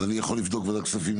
אז אני יכול לבדוק בוועדת כספים.